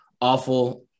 awful